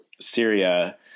Syria